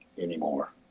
anymore